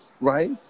right